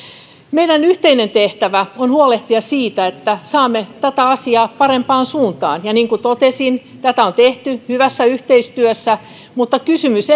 meidän yhteinen tehtävämme on huolehtia siitä että saamme tätä asiaa parempaan suuntaan ja niin kuin totesin tätä on tehty hyvässä yhteistyössä mutta kysymys